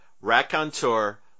raconteur